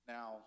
Now